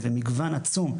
ומגוון עצום,